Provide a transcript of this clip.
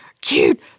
cute